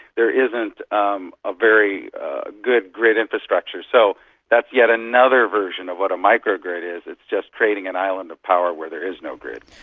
there isn't um a very good grid infrastructure. so that's yet another version of what a micro-grid is, it's just creating an island of power where there is no grid.